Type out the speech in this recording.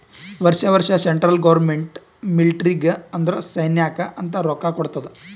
ವರ್ಷಾ ವರ್ಷಾ central government ಮಿಲ್ಟ್ರಿಗ್ ಅಂದುರ್ ಸೈನ್ಯಾಕ್ ಅಂತ್ ರೊಕ್ಕಾ ಕೊಡ್ತಾದ್